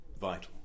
vital